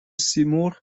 سیمرغ